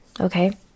Okay